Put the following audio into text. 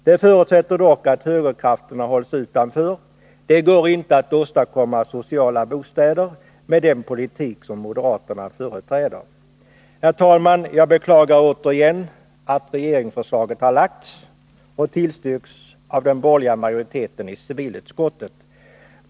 Det förutsätter dock att högerkrafterna hålls utanför — det går inte att åstadkomma sociala bostäder med den politik som moderaterna företräder. Herr talman! Jag beklagar återigen att regeringsförslaget har framlagts och tillstyrkts av den borgerliga majoriteten i civilutskottet.